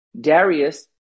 Darius